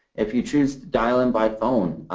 if you choose to dial in by phone,